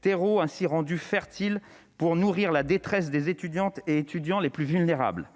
terreau rendu fertile pour nourrir la détresse des étudiants les plus vulnérables.